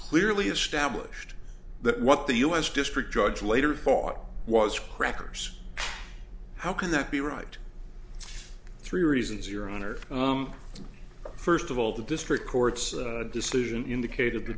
clearly established that what the u s district judge later thought was crackers how can that be right three reasons your honor first of all the district court's decision indicated the